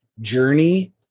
journey